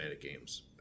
games